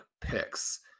picks